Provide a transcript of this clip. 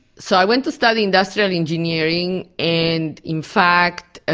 so i went to study industrial engineering, and in fact,